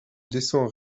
descends